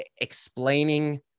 explaining